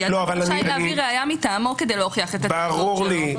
כי --- להביא ראיה מטעמו כדי להוכיח --- ברור לי.